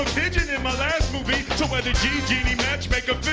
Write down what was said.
pigeon in my last movie so whether g, genie, matchmaker,